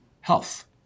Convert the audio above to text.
health